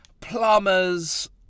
plumbers